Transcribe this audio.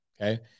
okay